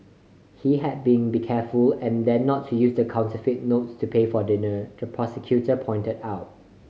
he had been be careful and then not to use the counterfeit notes to pay for dinner the prosecutor pointed out